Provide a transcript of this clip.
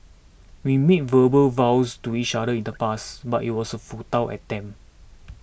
we made verbal vows to each other in the past but it was a futile attempt